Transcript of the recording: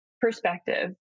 perspective